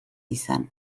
izan